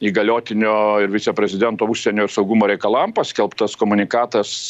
įgaliotinio ir viceprezidento užsienio saugumo reikalam paskelbtas komunikatas